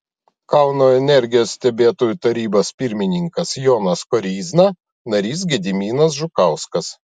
kauno energijos stebėtojų tarybos pirmininkas jonas koryzna narys gediminas žukauskas